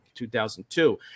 2002